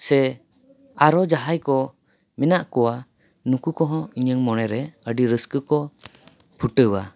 ᱥᱮ ᱟᱨᱚ ᱡᱟᱦᱟᱸᱭ ᱠᱚ ᱢᱮᱱᱟᱜ ᱠᱚᱣᱟ ᱱᱩᱠᱩ ᱠᱚᱦᱚᱸ ᱤᱧᱟᱹᱝ ᱢᱚᱱᱮ ᱨᱮ ᱟᱹᱰᱤ ᱨᱟᱹᱥᱠᱟᱹ ᱠᱚ ᱯᱷᱩᱴᱟᱹᱣᱟ